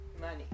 money